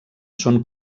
són